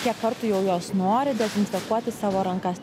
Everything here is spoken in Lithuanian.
kiek kartų jau jos nori dezinfekuoti savo rankas